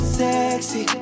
sexy